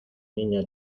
niña